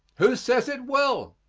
who says it will?